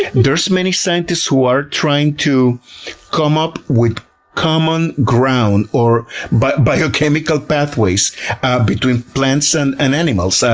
there's many scientists who are trying to come up with common ground or but biochemical pathways between plants and and animals. ah